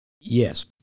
Yes